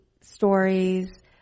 stories